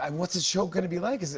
um what's the show gonna be like?